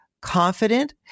Confident